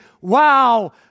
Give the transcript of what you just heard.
wow